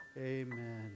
Amen